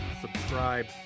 subscribe